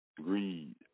greed